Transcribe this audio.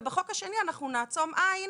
ובחוק השני נעצום עין